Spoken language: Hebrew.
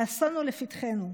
האסון הוא לפתחנו.